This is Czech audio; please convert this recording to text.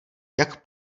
jak